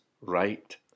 right